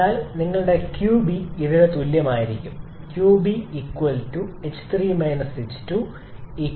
അതിനാൽ നിങ്ങളുടെ qB ഇതിന് തുല്യമായിരിക്കും 𝑞𝐵 ℎ3 h2 2921